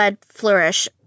flourish